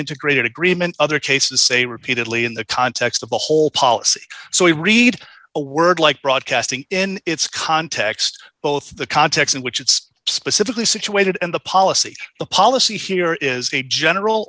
integrated agreement other cases say repeatedly in the context of the whole policy so we read a word like broadcasting in its context both the context in which it's specifically situated and the policy the policy here is a general